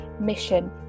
mission